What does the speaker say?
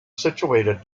situated